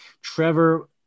Trevor